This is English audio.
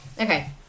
Okay